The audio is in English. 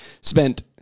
spent